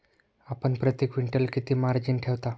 आपण प्रती क्विंटल किती मार्जिन ठेवता?